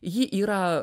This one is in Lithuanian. ji yra